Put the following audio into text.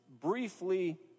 briefly